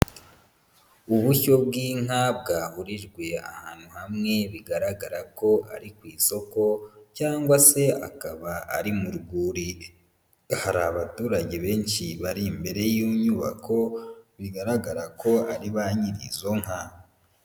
Ubushyo bw'inka bwahurijwe ahantu hamwe, bigaragara ko ari ku isoko, cyangwa se akaba ari mu rwuri, hari abaturage benshi bari imbere y'inyubako, bigaragara ko ari ba nyir'izo nka.